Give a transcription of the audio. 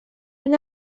when